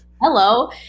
Hello